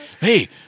hey